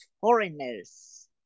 foreigners